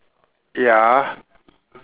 ya